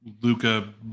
Luca